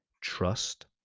trust